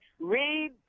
read